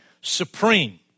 supreme